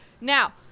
Now